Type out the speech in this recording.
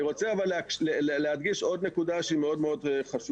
אני רוצה להדגיש עוד נקודה שהיא מאוד מאוד חשובה.